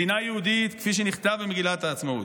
מדינה יהודית כפי שנכתב במגילת העצמאות.